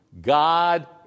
God